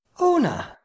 Una